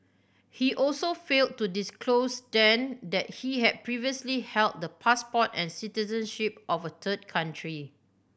he also failed to disclose then that he had previously held the passport and citizenship of a third country